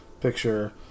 picture